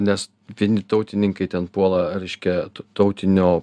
nes vieni tautininkai ten puola reiškia tautinio